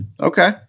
Okay